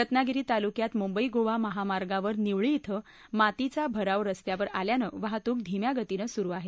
रत्नागिरी तालुक्यात मुंबई गोवा महामार्गावर निवळी क्रें मातीचा भराव रस्त्यावर आल्यानं वाहतूक धिम्या गतीनं सुरू आहे